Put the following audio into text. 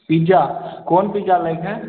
pizza कोन pizza लैके हय